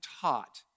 taught